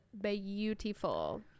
beautiful